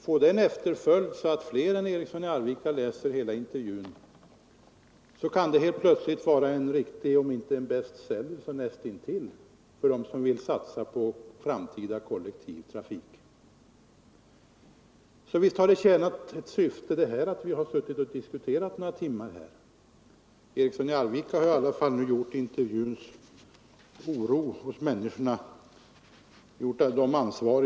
Får det en efterföljd, Nr 128 så att fler än herr Eriksson i Arvika läser hela intervjun, kan den helt Tisdagen den plötsligt vara om inte en bestseller så näst intill för dem som vill satsa 26 november 1974 på framtida kollektivtrafik. Så visst har det tjänat ett syfte att vi nu I några timmar diskuterat dessa frågor. Ang. nedläggningen Herr Eriksson i Arvika har i alla fall nu gjort dem som satte rubriken — av olönsam ansvariga för den oro som uppstod hos människorna.